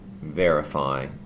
verify